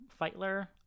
Feitler